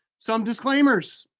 some disclaimers.